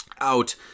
out